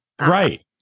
Right